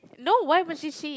no why would she see